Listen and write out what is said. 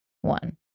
one